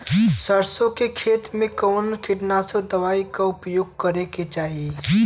सरसों के खेत में कवने कीटनाशक दवाई क उपयोग करे के चाही?